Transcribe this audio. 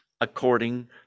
according